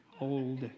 old